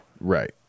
Right